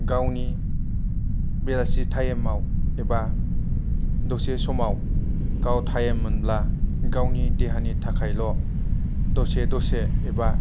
गावनि बेलासि टाइमाव एबा दसे समाव गाव टाइम मोनब्ला गावनि देहानि थाखायल' दसे दसे एबा